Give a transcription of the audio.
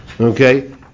Okay